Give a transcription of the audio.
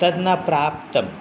तद् न प्राप्तम्